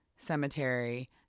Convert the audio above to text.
cemetery